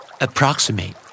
Approximate